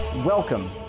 Welcome